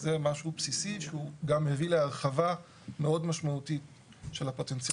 זה משהו בסיסי שהוא גם יביא להרחבה מאוד משמעותית של הפוטנציאל.